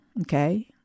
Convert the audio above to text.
okay